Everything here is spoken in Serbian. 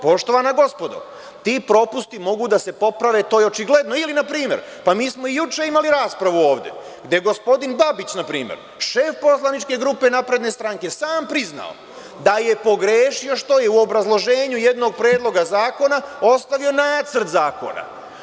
Poštovana gospodo, ti propusti mogu da se poprave, to je očigledno ili na primer, mi smo i juče imali raspravu ovde, gde je gospodin Babić na primer, šef poslaničke grupe SNS, sam priznao da je pogrešio što je u obrazloženju jednog predloga zakona ostavio nacrt zakona.